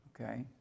Okay